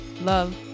love